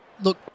look